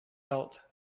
belt